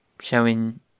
showing